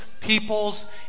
people's